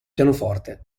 pianoforte